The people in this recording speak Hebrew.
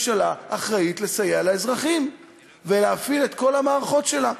הממשלה אחראית לסייע לאזרחים ולהפעיל את כל המערכות שלה.